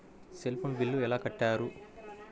Cell phone bill ఎలా కట్టారు?